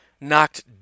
knocked